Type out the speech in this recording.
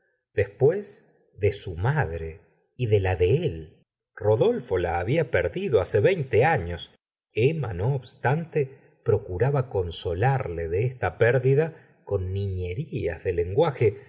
después de su madre y de la de él rodolfo la había perdido hacia veinte años emma no obstante procuraba consolarle de esta pérdida con niñerías de lenguaje